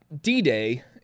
D-Day